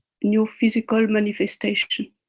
new physical manifestation.